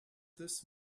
this